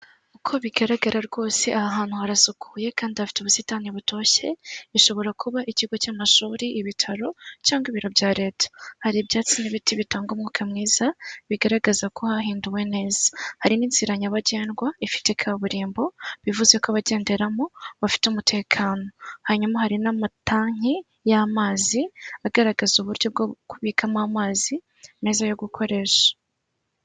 Ko bigaragara rwose aha hantu harasukuye kandi afite ubusitani butoshye, bishobora kuba ikigo cy'amashuri ibitaro cyangwa ibiro bya leta, hari ibyatsi n'ibiti bitanga umwuka mwiza bigaragaza ko hahinduwe neza, harimo inzira nyabagendwa ifite kaburimbo bivuze ko abagenderamo bafite umutekano, hanyuma hari n'amatanki y'amazi agaragaza uburyo bwo kubikamo amazi meza yo gukoresha.